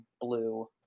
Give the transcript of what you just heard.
blue